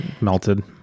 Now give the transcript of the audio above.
melted